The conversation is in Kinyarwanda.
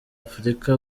afrika